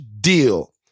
deal